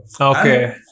Okay